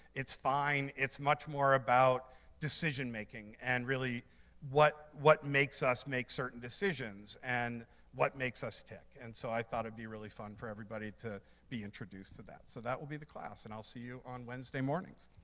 it's fine. it's much more about decision making and really what what makes us make certain decisions. and what makes us tick. and so i thought it'd be really fun for everybody to be introduced to that. so that will be the class, and i'll see you on wednesday mornings.